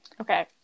Okay